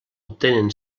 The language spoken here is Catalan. obtenen